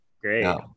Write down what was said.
Great